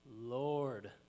Lord